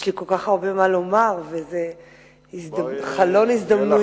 יש לי כל כך הרבה מה לומר, וזה חלון הזדמנויות.